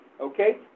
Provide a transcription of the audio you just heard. okay